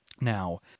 Now